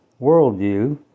Worldview